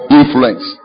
influence